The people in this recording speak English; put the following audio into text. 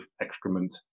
excrement